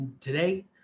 today